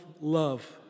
love